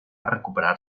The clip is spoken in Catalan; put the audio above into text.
recuperar